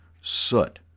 soot